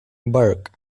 burke